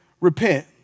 Repent